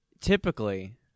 typically